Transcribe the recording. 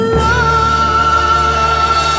love